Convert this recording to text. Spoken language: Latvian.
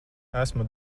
esmu